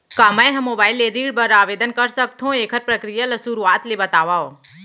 का मैं ह मोबाइल ले ऋण बर आवेदन कर सकथो, एखर प्रक्रिया ला शुरुआत ले बतावव?